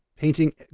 Painting